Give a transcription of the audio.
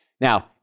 Now